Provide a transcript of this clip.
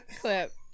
clip